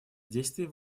действий